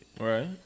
Right